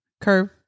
Curve